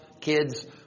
kids